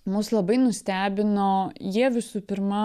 mus labai nustebino jie visų pirma